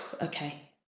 okay